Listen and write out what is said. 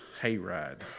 hayride